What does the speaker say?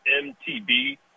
MTB